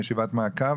ישיבת מעקב,